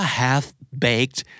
half-baked